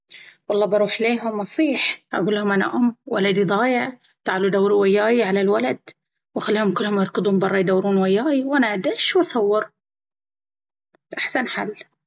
والله بروح ليهم أصيح، أقول ليهم أنا أم ولدي ضايع ، تعالوا دوروا وياي على الولد وأخليهم كلهم يركضون برى يدورون وياي وينشغلون في التدوير وبروح انا من وراهم أدرش وأصور كل بلاويهم ومصايبهم. يتهيأ لي هذا حل معقول.